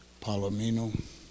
Palomino